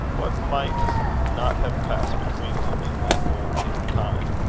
what might not have passed between them in that old hidden time?